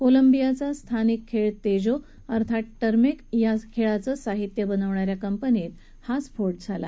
कोलंबियाचा स्थानिक खेळ तेजो अर्थात टरमेक या खेळाचं साहित्य बनवणा या कंपनीत हा स्फोट झाला